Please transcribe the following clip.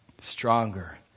stronger